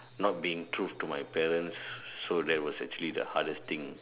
not being truth to my parents so that was actually the hardest thing